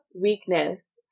weakness